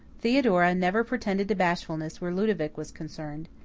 theodora never pretended to bashfulness where ludovic was concerned.